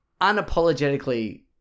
unapologetically